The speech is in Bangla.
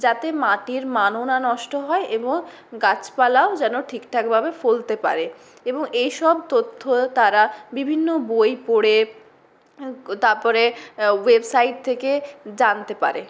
যাতে মাটির মানও না নষ্ট হয় এবং গাছপালাও যেন ঠিকঠাকভাবে ফলতে পারে এবং এইসব তথ্য তারা বিভিন্ন বই পড়ে তারপরে ওয়েবসাইট থেকে জানতে পারে